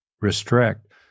restrict